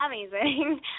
Amazing